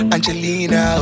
Angelina